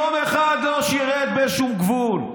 יום אחד לא שירת בשום גבול.